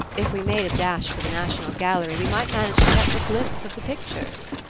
if we made a dash for the national gallery we might manage to catch a glimpse of the pictures.